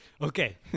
Okay